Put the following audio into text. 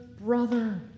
brother